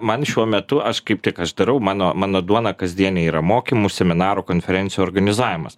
man šiuo metu aš kaip tik aš darau mano mano duona kasdienė yra mokymų seminarų konferencijų organizavimas